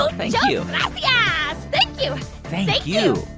so thank you yeah yeah thank you thank you.